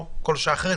או כל שעה אחרת,